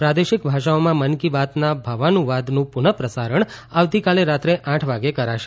પ્રાદેશિક ભાષાઓમાં મન કી બાતના ભાવાનુવાદનું પુનઃ પ્રસારણ આવતીકાલે રાત્રે આઠ વાગે કરાશે